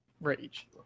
rage